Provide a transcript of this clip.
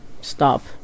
stop